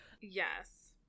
yes